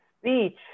speech